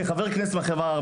כחבר כנסת מהחברה הערבית,